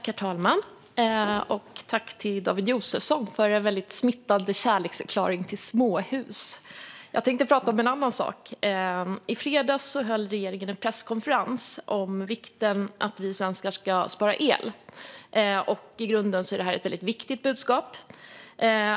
Herr talman! Jag tackar David Josefsson för en väldigt smittande kärleksförklaring till småhus. Jag tänker prata om en annan sak. I fredags höll regeringen en presskonferens om vikten av att vi svenskar sparar el. I grunden är det ett väldigt viktigt budskap.